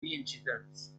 incidents